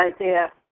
idea